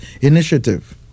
initiative